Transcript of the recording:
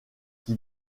qui